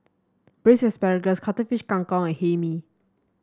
Braised Asparagus Cuttlefish Kang Kong and Hae Mee